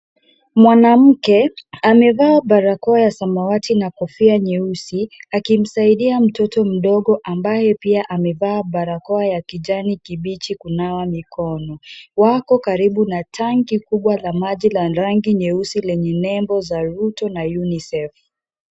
Mwanamke amevaa barakoa ya samawati na kofia nyeusi, akimsaidia mtoto mdogo ambaye pia amevaa barakoa ya kijani kibichi kunawa mikono. Wako karibu na tanki kubwa la maji la rangi nyeusi lenye nembo za roto na UNICEF.